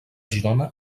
girona